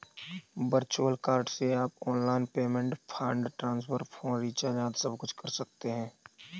virtual card से आप online payment, fund transfer, phone recharge आदि सबकुछ कर सकते हैं